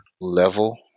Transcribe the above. level